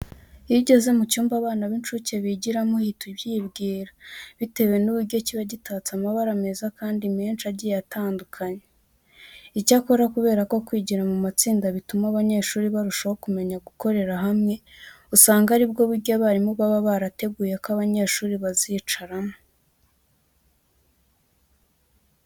Iyo ugeze mu cyumba abana b'incuke bigiramo uhita ibyibwira bitewe n'uburyo kiba gitatse amabara meza kandi menshi agiye atandukanye. Icyakora kubera ko kwigira mu matsinda bituma abanyeshuri barushaho kumenya gukorera hamwe, usanga ari bwo buryo abarimu baba barateguye ko abanyeshuri bazicaramo.